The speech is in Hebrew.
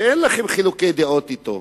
שאין לכם חילוקי דעות אתו.